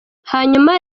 hanyuma